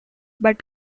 but